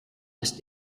ist